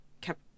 kept